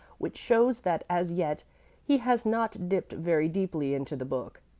which shows that as yet he has not dipped very deeply into the book.